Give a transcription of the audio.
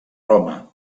roma